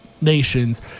nations